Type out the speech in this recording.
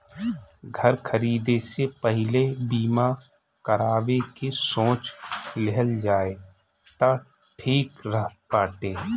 घर खरीदे से पहिले बीमा करावे के सोच लेहल जाए तअ ठीक रहत बाटे